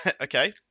Okay